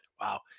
Wow